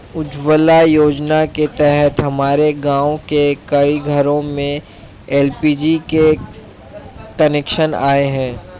उज्ज्वला योजना के तहत हमारे गाँव के कई घरों में एल.पी.जी के कनेक्शन आए हैं